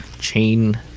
chain